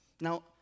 Now